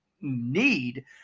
need